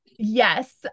Yes